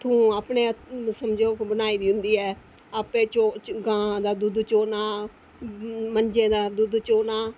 अपने हत्थुं अपने समझो बनाई दी होंदी ऐ आपें गां दा दुद्ध चोना मंज्झें दा दुद्ध चोना